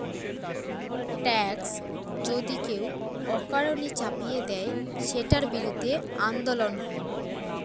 tax যদি কেউ অকারণে চাপিয়ে দেয়, সেটার বিরুদ্ধে আন্দোলন হয়